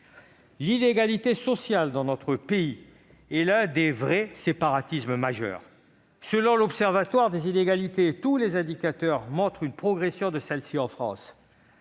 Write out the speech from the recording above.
L'inégalité sociale dans notre pays est l'un des véritables séparatismes majeurs. Selon l'Observatoire des inégalités, tous les indicateurs montrent une progression des inégalités en France.